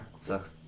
Sucks